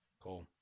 Cool